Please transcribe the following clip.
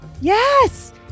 Yes